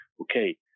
okay